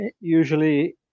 usually